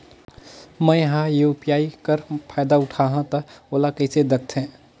मैं ह यू.पी.आई कर फायदा उठाहा ता ओला कइसे दखथे?